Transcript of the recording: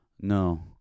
no